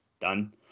done